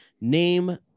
Name